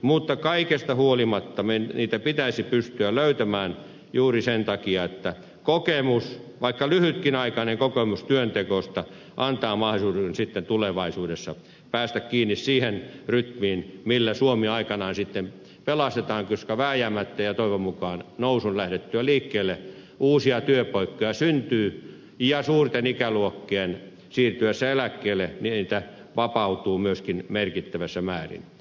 mutta kaikesta huolimatta niitä pitäisi pystyä löytämään juuri sen takia että kokemus vaikka lyhytaikainenkin kokemus työnteosta antaa mahdollisuuden tulevaisuudessa päästä kiinni siihen rytmiin millä suomi aikanaan pelastetaan koska vääjäämättä ja toivon mukaan nousun lähdettyä liikkeelle uusia työpaikkoja syntyy ja suurten ikäluokkien siirtyessä eläkkeelle niitä vapautuu myöskin merkittävässä määrin